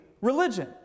religion